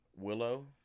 Willow